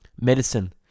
Medicine